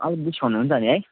अलिक डिस्काउन्ट हुन्छ नि है